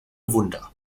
wunder